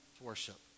worship